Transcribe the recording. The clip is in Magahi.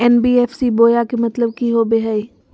एन.बी.एफ.सी बोया के मतलब कि होवे हय?